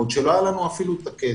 כשעוד לא היה לנו את הכסף.